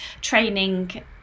training